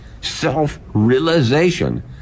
self-realization